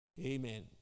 Amen